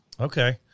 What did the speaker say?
okay